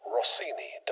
Rossini